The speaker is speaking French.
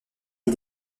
est